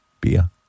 Beer